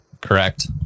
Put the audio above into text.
Correct